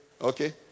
okay